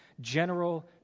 general